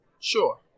Sure